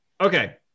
Okay